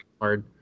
hard